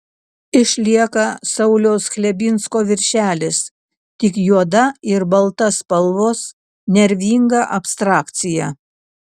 išlieka sauliaus chlebinsko viršelis tik juoda ir balta spalvos nervinga abstrakcija